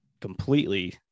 completely